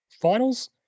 finals